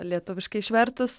lietuviškai išvertus